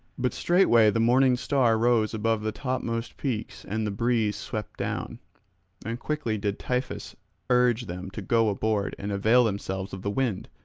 but straightway the morning star rose above the topmost peaks and the breeze swept down and quickly did tiphys urge them to go aboard and avail themselves of the wind.